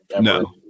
No